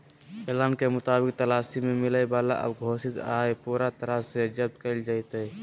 ऐलान के मुताबिक तलाशी में मिलय वाला अघोषित आय पूरा तरह से जब्त कइल जयतय